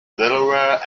delaware